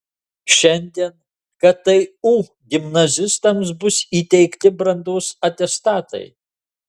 šiandien ktu gimnazistams bus įteikti brandos atestatai